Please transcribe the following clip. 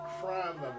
crime